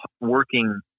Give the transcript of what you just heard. working